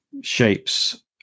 shapes